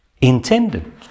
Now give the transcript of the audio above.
intended